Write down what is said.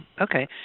Okay